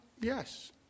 yes